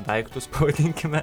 daiktus pavadinkime